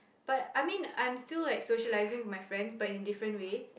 but I mean I'm still like socializing with my friends but in different way